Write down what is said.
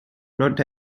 not